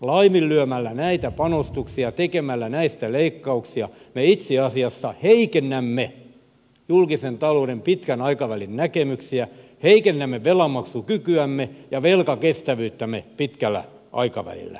laiminlyömällä näitä panostuksia tekemällä näistä leikkauksia me itse asiassa heikennämme julkisen talouden pitkän aikavälin näkymiä heikennämme velanmaksukykyämme ja velkakestävyyttämme pitkällä aikavälillä